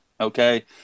Okay